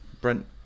Brent